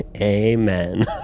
Amen